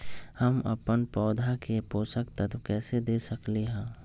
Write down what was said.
हम अपन पौधा के पोषक तत्व कैसे दे सकली ह?